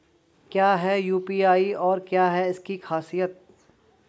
क्या है यू.पी.आई और क्या है इसकी खासियत?